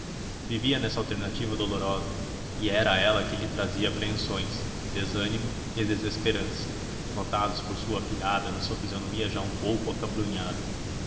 vivia nessa alternativa dolorosa e era ela que lhe trazia apreensões desânimo e desesperança notados por sua afilhada na sua fisionomia já um pouco acabrunhada não